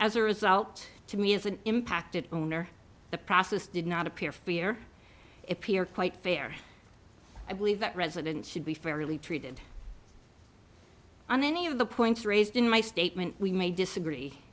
as a result to me as an impacted owner the process did not appear fear appear quite fair i believe that residents should be fairly treated on many of the points raised in my statement we may disagree